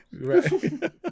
Right